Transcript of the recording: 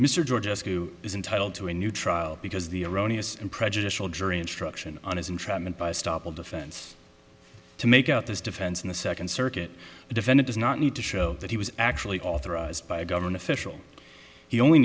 mr georgescu is entitled to a new trial because the erroneous and prejudicial jury instruction on his entrapment by stoppel defense to make out this defense in the second circuit the defendant is not need to show that he was actually authorized by a government official he only